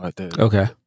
Okay